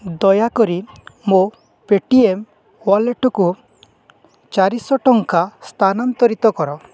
ଦୟାକରି ମୋ ପେଟିଏମ୍ ୱାଲେଟକୁ ଚାରିଶହ ଟଙ୍କା ସ୍ଥାନାନ୍ତରିତ କର